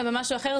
ובמשהו אחר,